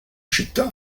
città